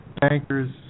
bankers